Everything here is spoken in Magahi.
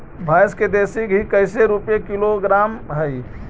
भैंस के देसी घी कैसे रूपये किलोग्राम हई?